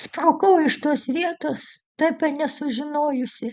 sprukau iš tos vietos taip ir nesužinojusi